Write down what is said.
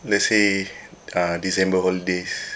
let's say uh december holidays